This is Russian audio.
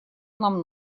нам